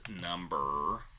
number